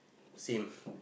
same